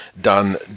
done